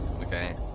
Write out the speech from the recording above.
Okay